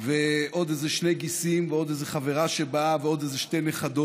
ועוד שני גיסים, ועוד חברה שבאה, ועוד שתי נכדות.